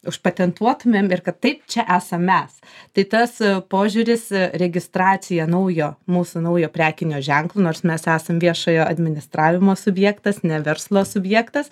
užpatentuotumėm ir kad taip čia esam mes tai tas požiūris registracija naujo mūsų naujo prekinio ženklo nors mes esam viešojo administravimo subjektas ne verslo subjektas